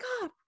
god